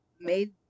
made